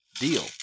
deal